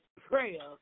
prayer